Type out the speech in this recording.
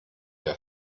der